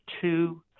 two